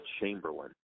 Chamberlain